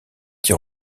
qui